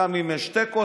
אם יש תיקו,